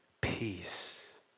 peace